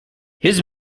his